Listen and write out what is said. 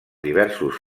diversos